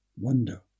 wonder